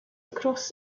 across